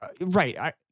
right